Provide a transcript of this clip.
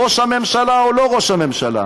ראש הממשלה או לא ראש הממשלה.